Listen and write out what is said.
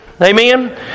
Amen